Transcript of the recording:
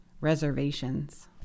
reservations